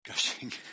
Gushing